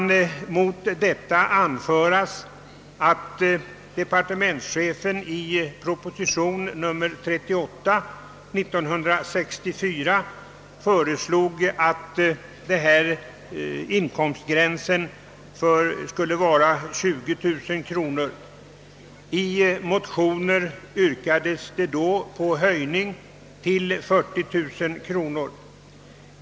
Mot detta kan anföras att departementschefen i proposition nr 38, 1964, föreslog att inkomstgränsen skulle vara 20000 kronor. I motioner yrkades det då på höjning till 40 000 kronor.